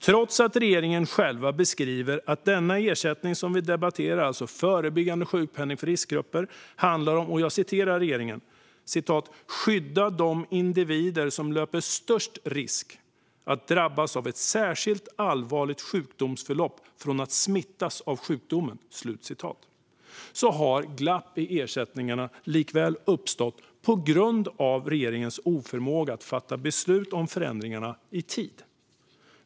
Trots att regeringen själv beskriver att den ersättning som vi debatterar, alltså förebyggande sjukpenning för riskgrupper, handlar om att "skydda de individer som löper störst risk att drabbas av ett särskilt allvarligt sjukdomsförlopp från att smittas av sjukdomen" har glapp i ersättningarna likväl uppstått på grund av regeringens oförmåga att fatta beslut om förändringarna i tid.